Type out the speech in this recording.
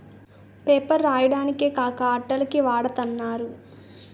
paper రాయడానికే కాక అట్టల కి వాడతన్నారు